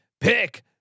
Pick